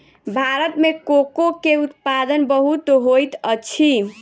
भारत में कोको के उत्पादन बहुत होइत अछि